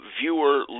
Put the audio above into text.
viewer